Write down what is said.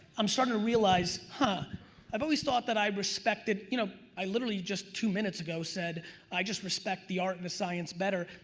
i'm starting to realize ah i've always thought that i respected, you know, i literally just two minutes ago said i just respect the art and the science better.